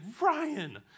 ryan